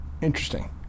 interesting